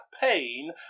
pain